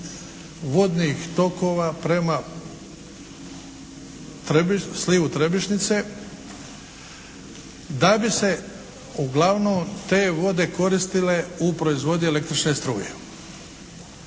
vodnih tokova prema slivu Trebišnice da bi se uglavnom te vode koristile u proizvodnji električne struje.